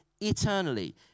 eternally